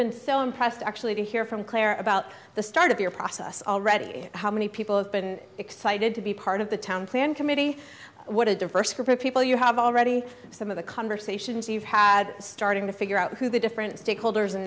been so impressed actually to hear from claire about the start of your process already how many people have been excited to be part of the town plan committee what a diverse group of people you have already some of the conversations you've had starting to figure out who the different stakeholders and